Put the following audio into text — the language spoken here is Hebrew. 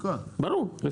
בסדר.